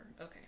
Okay